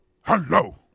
Hello